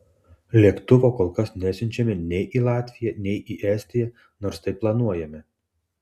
lėktuvo kol kas nesiunčiame nei į latviją nei į estiją nors tai planuojame